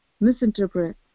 misinterpret